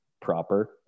proper